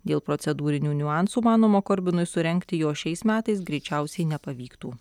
dėl procedūrinių niuansų manoma korbinui surengti jo šiais metais greičiausiai nepavyktų